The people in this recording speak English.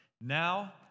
now